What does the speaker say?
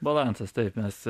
balansas taip mes